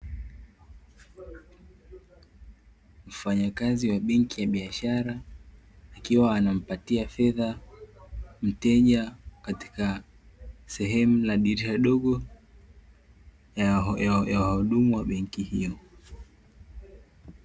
Mfanyakazi wa benki ya biashara, akiwa anampatia fedha mteja, katika sehemu la dirisha dogo ya wahudumu wa benki hiyo.